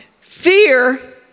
fear